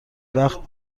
وقت